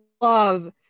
love